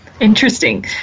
interesting